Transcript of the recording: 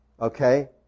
Okay